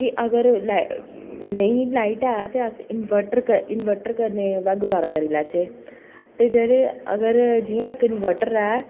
कि अगर नेईं लाईट ऐ ते अस इनवर्टर कन्नै एह्दा गुज़ारा करी लैचे ते जेह्ड़े अगर जियां इक्क इनवर्टर ऐ